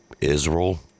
Israel